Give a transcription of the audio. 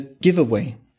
giveaway